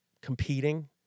competing